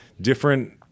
different